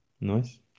Nice